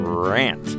rant